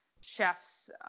chefs